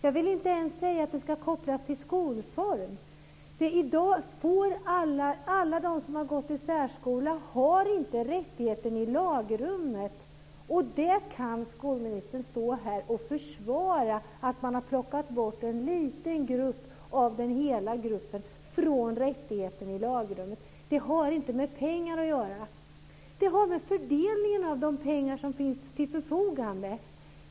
Jag vill inte ens säga att det ska kopplas till skolform. Alla de som har gått i särskola har inte rättigheten i lagrummet. Skolministern kan stå här och försvara att man har plockat bort en liten grupp av den hela gruppen från rättigheten i lagrummet. Det har inte med pengar att göra. Det gäller fördelningen av de pengar som finns till förfogande.